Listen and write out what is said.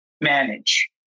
manage